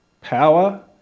power